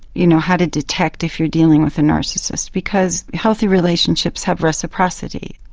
you know how to detect if you are dealing with a narcissist, because healthy relationships have reciprocity.